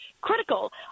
critical